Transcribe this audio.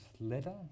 letter